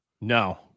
No